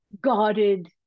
guarded